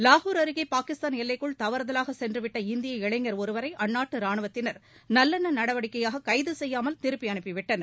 லாகூர் அருகே பாகிஸ்தான் எல்லைக்குள் தவறுதலாக சென்றுவிட்ட இந்திய இளைஞர் ஒருவரை அந்நாட்டு ராணுவத்தினர் நல்லெண்ண நடவடிக்கையாக கைது செய்யாமல் திருப்பி அனுப்பிவிட்டனர்